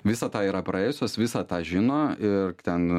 visą tą yra praėjusios visą tą žino ir ten